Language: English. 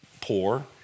poor